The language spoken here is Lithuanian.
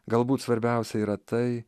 galbūt svarbiausia yra tai